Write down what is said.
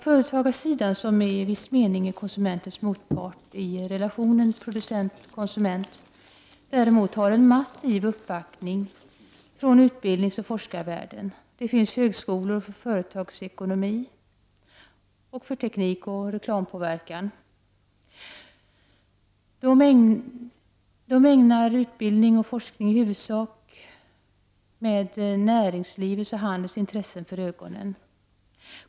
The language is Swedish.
Företagarsidan, som i viss mening är konsumentens motpart i relationen producent-konsument, har däremot en massiv uppbackning från utbildningsoch forskarvärlden. Det finns högskolor för företagsekonomi, för teknik och för reklampåverkan. De utbildar och forskar i huvudsak med näringslivets och handelns intressen för ögonen.